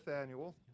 annual